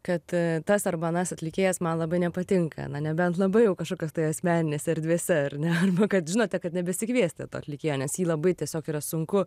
kad tas arba anas atlikėjas man labai nepatinka na nebent labai jau kažkokios tai asmeninėse erdvėse ar ne arba kad žinote kad nebesikviesti to atlikėjo nes jį labai tiesiog yra sunku